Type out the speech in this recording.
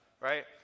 right